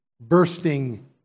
bursting